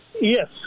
Yes